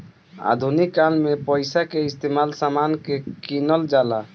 आधुनिक काल में पइसा के इस्तमाल समान के किनल जाला